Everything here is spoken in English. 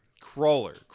crawler